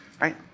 Right